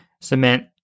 cement